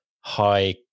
high